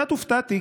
קצת הופתעתי,